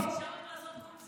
אורית, אפשר גם לעשות קומזיץ.